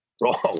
wrong